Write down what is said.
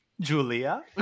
Julia